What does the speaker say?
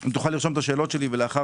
אם תוכל לרשום את השאלות שלי ולאחר